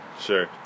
Sure